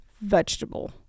vegetable